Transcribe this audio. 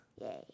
Yay